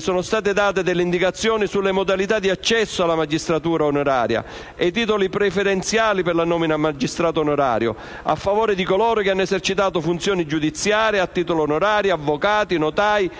Sono state date delle indicazioni sulle modalità di accesso alla magistratura onoraria e previsti titoli preferenziali per la nomina a magistrato onorario a favore di coloro che hanno esercitato funzioni giudiziarie a titolo onorario, avvocati, notai